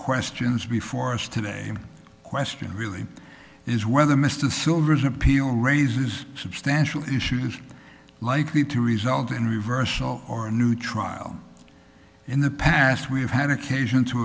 questions before us today question really is whether mr silver's appeal raises substantial issues likely to result in a reversal or a new trial in the past we have had occasion to